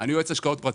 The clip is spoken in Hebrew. אני יועץ השקעות פרטי.